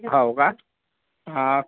हो का हां